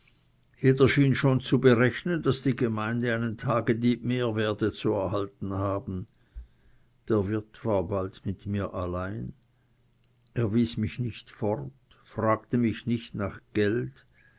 jeder schien schon zu berechnen daß die gemeinde einen tagdieb mehr werde zu erhalten haben der wirt war bald mit mir allein er wies mich nicht fort fragte mich nicht nach geld